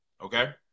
Okay